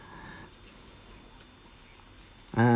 ah